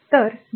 तर 0